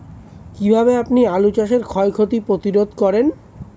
কীভাবে আপনি আলু চাষের ক্ষয় ক্ষতি প্রতিরোধ করেন?